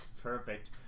perfect